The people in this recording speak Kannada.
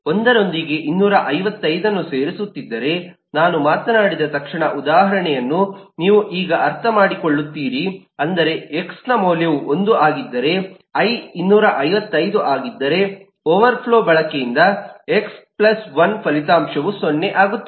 1 ರೊಂದಿಗೆ 255 ಅನ್ನು ಸೇರಿಸುತ್ತಿದ್ದರೆ ನಾನು ಮಾತನಾಡಿದ ತಕ್ಷಣ ಉದಾಹರಣೆಯನ್ನು ನೀವು ಈಗ ಅರ್ಥಮಾಡಿಕೊಳ್ಳುತ್ತೀರಿ ಅಂದರೆ ಎಕ್ಸ್ ನ ಮೌಲ್ಯವು 1 ಆಗಿದ್ದರೆ ಐ 255 ಆಗಿದ್ದರೆ ಓವರ್ಫ್ಲೋ ಬಳಕೆಯಿಂದ ಎಕ್ಸ್ 1 ಫಲಿತಾಂಶವು 0 ಆಗುತ್ತದೆ